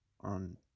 on